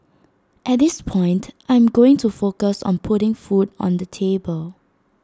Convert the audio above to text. at this point I am going to focus on putting food on the table